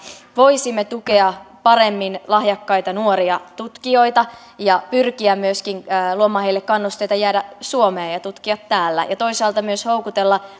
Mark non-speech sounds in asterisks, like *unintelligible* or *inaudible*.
voisimme tukea paremmin lahjakkaita nuoria tutkijoita ja pyrkiä myöskin luomaan heille kannusteita jäädä suomeen ja ja tutkia täällä ja toisaalta myös houkutella *unintelligible*